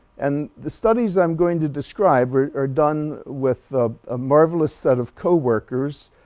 and the studies i'm going to describe are done with a ah marvelous set of co-workers